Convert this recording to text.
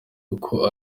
uko